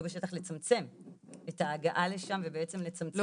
בשטח לצמצם את ההגעה לשם ובעצם לצמצם